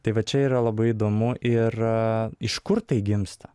tai va čia yra labai įdomu ir iš kur tai gimsta